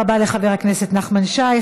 תודה רבה לחבר הכנסת נחמן שי.